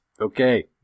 Okay